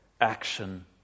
action